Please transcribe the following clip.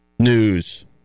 News